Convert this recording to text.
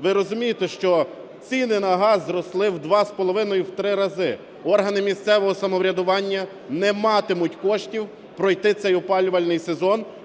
Ви розумієте, що ціни на газ зросли в два з половиною, в три рази. Органи місцевого самоврядування не матимуть коштів пройти цей опалювальний сезон.